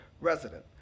resident